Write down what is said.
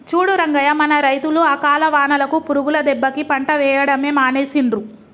చూడు రంగయ్య మన రైతులు అకాల వానలకు పురుగుల దెబ్బకి పంట వేయడమే మానేసిండ్రు